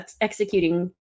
executing